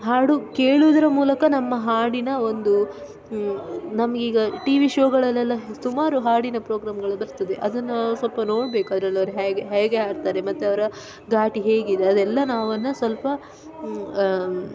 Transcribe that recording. ಹಾಡು ಕೇಳುವುದರ ಮೂಲಕ ನಮ್ಮ ಹಾಡಿನ ಒಂದು ನಮಗೀಗ ಟಿವಿ ಶೋಗಳಲ್ಲೆಲ್ಲ ಸುಮಾರು ಹಾಡಿನ ಪ್ರೋಗ್ರಾಮ್ಗಳು ಬರ್ತದೆ ಅದನ್ನು ಸ್ವಲ್ಪ ನೋಡಬೇಕು ಅದರಲ್ಲವ್ರು ಹೇಗೆ ಹೇಗೆ ಹಾಡ್ತಾರೆ ಮತ್ತೆ ಅವರ ಧಾಟಿ ಹೇಗಿದೆ ಅದೆಲ್ಲ ನಾವದನ್ನ ಸ್ವಲ್ಪ